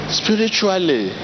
spiritually